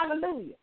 Hallelujah